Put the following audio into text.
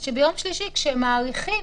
ביום שלישי, כשהם מאריכים,